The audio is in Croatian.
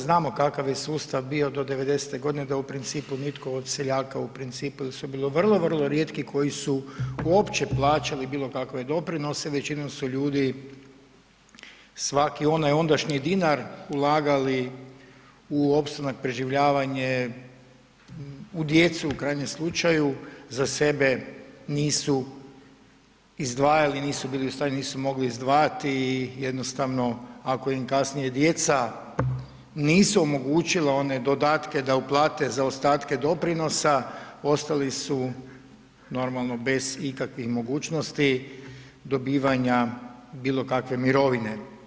Znamo kakav je sustav bio do devedesete godine da u principu nitko od seljaka u principu ili su bili vrlo, vrlo rijetki koji su uopće plaćali bilo kakve doprinose, većinom su ljudi svaki onda ondašnji dinar ulagali u opstanak, preživljavanje, u djecu u krajnjem slučaju za sebe nisu izdvajali, nisu bili u stanju nisu moli izdvajati i jednostavno ako im kasnije djeca nisu omogućila one dodatke da uplate zaostatke doprinosa, ostali su normalno bez ikakvih mogućnosti dobivanja bilo kakve mirovine.